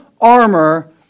armor